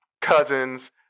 cousins